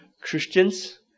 Christians